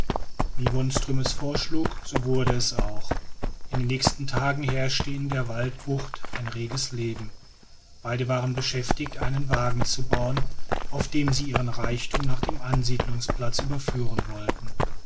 wie wonström es vorschlug so wurde es auch in den nächsten tagen herrschte in der waldbucht ein reges leben beide waren beschäftigt einen wagen zu bauen auf dem sie ihren reichtum nach dem ansiedelungsplatz überführen wollten